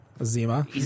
Zima